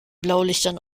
blaulichtern